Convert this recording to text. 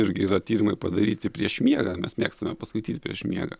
irgi yra tyrimai padaryti prieš miegą mes mėgstame paskaityt prieš miegą